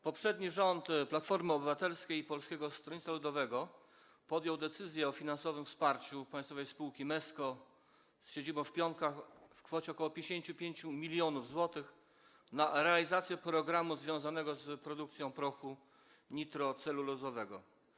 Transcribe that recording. Poprzedni rząd, rząd Platformy Obywatelskiej i Polskiego Stronnictwa Ludowego, podjął decyzję o finansowym wsparciu państwowej spółki Mesko z siedzibą w Pionkach kwotą ok. 55 mln zł na realizację programu związanego z produkcją prochu nitrocelulozowego.